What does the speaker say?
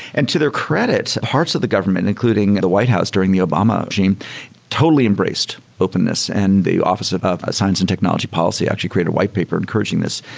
and to their credit, parts of the government including the whitehouse during the obama regime totally embraced openness and the office of of science and technology policy actually created a whitepaper encouraging this.